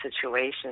situations